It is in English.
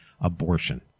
abortion